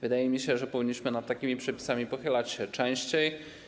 Wydaje mi się, że powinniśmy nad takimi przepisami pochylać się częściej.